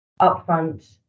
upfront